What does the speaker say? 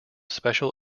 special